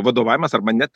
vadovavimas arba net